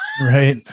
Right